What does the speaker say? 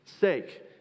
sake